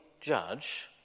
judge